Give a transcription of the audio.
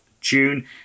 June